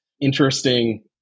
interesting